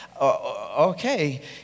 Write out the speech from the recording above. okay